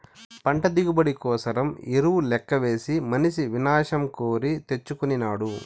పంట దిగుబడి కోసరం ఎరువు లెక్కవేసి మనిసి వినాశం కోరి తెచ్చుకొనినాడు